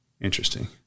Interesting